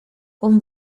con